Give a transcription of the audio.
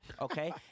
okay